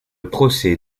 procès